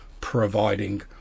providing